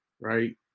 Right